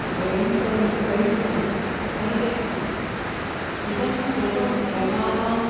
भयङ्करं च भवितुम् अर्हति इदं सर्वं तृणानां